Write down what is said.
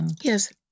Yes